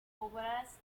obras